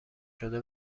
شده